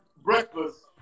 breakfast